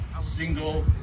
single